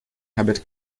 habit